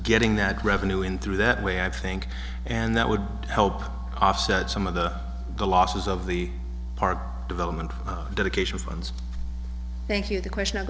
getting that revenue in through that way i think and that would help offset some of the losses of the park development dedication funds thank you the question